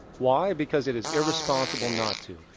why? because it is irresponsible not to,